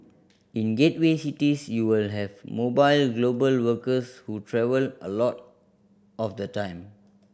in gateway cities you will have mobile global workers who travel a lot of the time